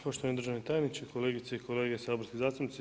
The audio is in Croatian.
Poštovani državni tajniče, kolegice i kolege saborski zastupnici.